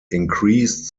increased